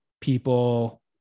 people